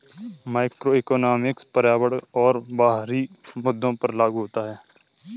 macroeconomics पर्यावरण और बाहरी मुद्दों पर लागू होता है